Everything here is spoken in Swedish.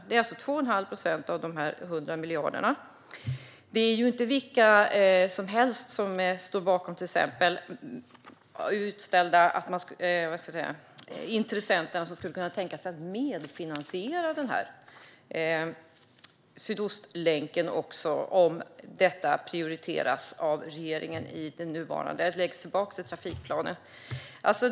Det handlar alltså om 2 1⁄2 procent av dessa 100 miljarder, och det är ju heller inte vilka intressenter som helst som skulle kunna tänka sig att medfinansiera Sydostlänken om detta prioriteras av regeringen och läggs tillbaka i trafikplanen.